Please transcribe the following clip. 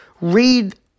read